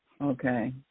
Okay